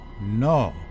no